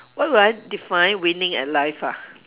what would I define winning at life ah